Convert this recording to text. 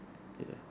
ya